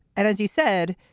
and as you said,